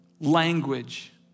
language